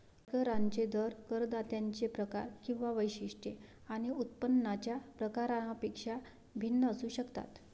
आयकरांचे दर करदात्यांचे प्रकार किंवा वैशिष्ट्ये आणि उत्पन्नाच्या प्रकारापेक्षा भिन्न असू शकतात